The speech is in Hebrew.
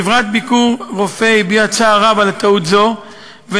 חברת "ביקורופא" הביעה צער רב על טעות זו ונקטה